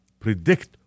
Predict